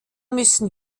müssen